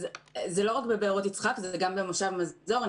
זה לא רק בבארות יצחק, זה גם במושב מזור.